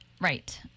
Right